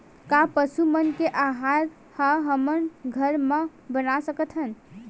का पशु मन के आहार ला हमन घर मा बना सकथन?